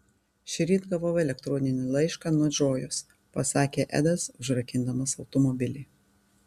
šįryt gavau elektroninį laišką nuo džojos pasakė edas užrakindamas automobilį